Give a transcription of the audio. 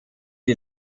die